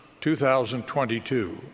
2022